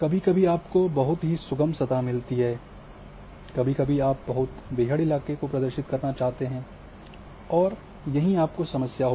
कभी कभी आपको बहुत सुगम सतह मिलती है कभी कभी आप बहुत बीहड़ इलाके प्रदर्शित करना चाहते हैं और यहीं आपको समस्या होगी